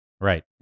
Right